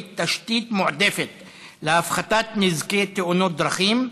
תשתית מועדפת להפחתת נזקי תאונות דרכים,